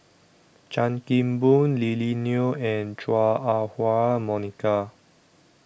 Chan Kim Boon Lily Neo and Chua Ah Huwa Monica